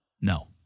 No